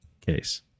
case